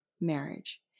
marriage